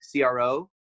CRO